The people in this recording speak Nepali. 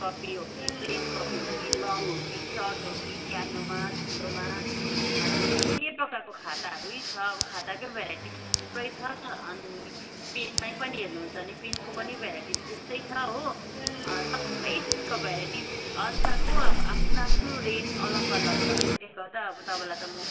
कपी हो कि प्लेन कपी हो कि लङ हो कि सर्ट हो कि सानोमा ठुलोमा अनि धेरै प्रकारको खाताहरू यही छ अब खाताकै भेराटिस थुप्रै छ अनि पेनमा पनि हेर्नुहुन्छ भने पेनको पनि भेराइटिस त्यस्तै छ हो सबै चिजको भेराइटिस अनुसारको अब आफ्नो आफ्नो रेट अलग अलग छ त्यसले गर्दा अब तपाईँलाई त म